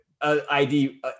ID